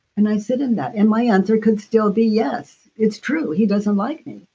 and i sit in that, and my answer could still be yes, it's true, he doesn't like me,